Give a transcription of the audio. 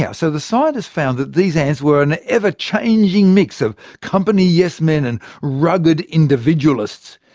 yeah so the scientists found that these ants were an ever-changing mix of company yes-men and rugged individualists.